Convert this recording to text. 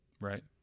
right